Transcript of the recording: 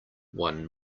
one